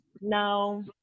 no